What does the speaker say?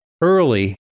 early